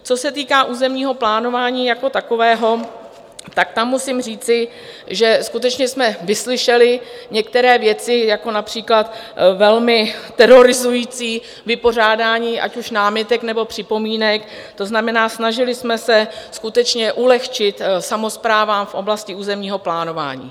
Co se týká územního plánování jako takového, tak tam musím říci, že skutečně jsme vyslyšeli některé věci, jako například velmi terorizující vypořádání ať už námitek, nebo připomínek, to znamená, snažili jsme se skutečně ulehčit samosprávám v oblasti územního plánování.